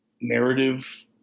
narrative